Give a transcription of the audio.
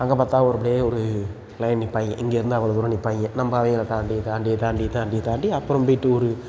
அங்கே பார்த்தா ஒ அப்படியே ஒரு லைன் நிப்பாங்க இங்கேயிருந்து அவ்வளோ தூரம் நிப்பாங்க நம்ம அவிங்கள தாண்டித் தாண்டித் தாண்டித் தாண்டித் தாண்டி அப்புறம் போய்விட்டு ஒரு